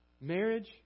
marriage